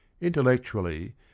Intellectually